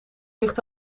ligt